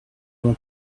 mon